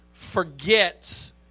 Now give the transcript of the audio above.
forgets